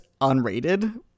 unrated